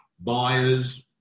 buyers